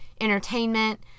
entertainment